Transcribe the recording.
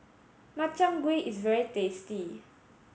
Makchang Gui is very tasty